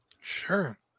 Sure